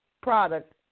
product